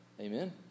Amen